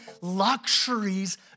luxuries